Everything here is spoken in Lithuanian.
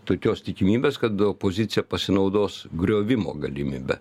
tokios tikimybės kad opozicija pasinaudos griovimo galimybe